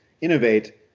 innovate